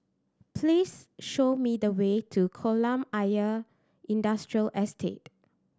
please show me the way to Kolam Ayer Industrial Estate